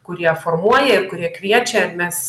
kurie formuoja ir kurie kviečia ir mes